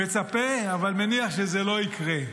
מצפה, אבל מניח שזה לא יקרה.